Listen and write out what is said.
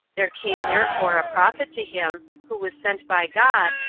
there came therefore a prophet to him, who was sent by god,